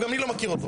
גם אני לא מכיר אותו,